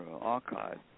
archive